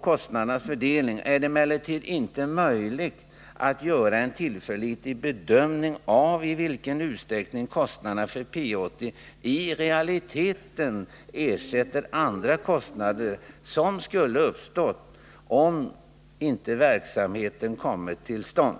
kostnadernas fördelning är det emellertid inte möjligt att göra en tillförlitlig bedömning av i vilken utsträckning kostnaderna för P 80 i realiteten ersätter andra kostnader, som skulle uppstått om inte verksamheten kommit till stånd.